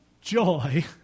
joy